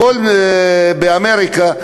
באמריקה,